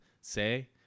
say